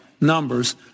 numbers